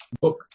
Book